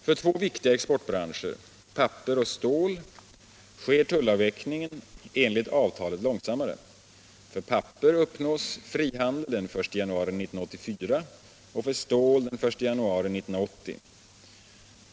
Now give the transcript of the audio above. För två viktiga exportbranscher, papper och stål, sker tullavvecklingen enligt avtalet långsammare. För papper uppnås frihandeln den 1 januari 1984 och för stål den 1 januari 1980.